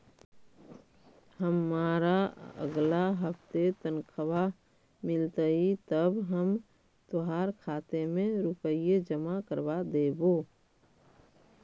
हमारा अगला हफ्ते तनख्वाह मिलतई तब हम तोहार खाते में रुपए जमा करवा देबो